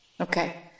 Okay